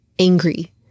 angry